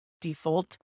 default